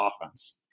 offense